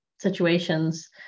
situations